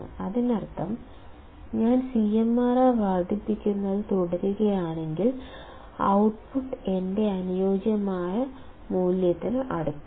അതിനർത്ഥം ഞാൻ CMRR വർദ്ധിപ്പിക്കുന്നത് തുടരുകയാണെങ്കിൽ ഔട്ട്പുട്ട് എന്റെ അനുയോജ്യമായ മൂല്യത്തിന് അടുത്താണ്